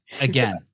Again